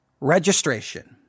registration